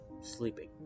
sleeping